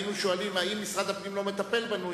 היינו שואלים האם משרד הפנים לא מטפל בנו,